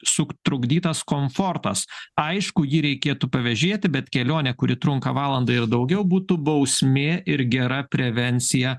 sutrukdytas komfortas aišku jį reikėtų pavėžėti bet kelionė kuri trunka valandą ir daugiau būtų bausmė ir gera prevencija